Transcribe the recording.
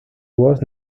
was